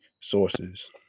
sources